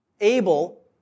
able